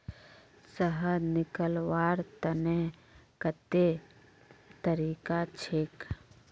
शहद निकलव्वार तने कत्ते तरीका छेक?